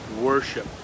worship